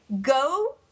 go